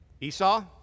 Esau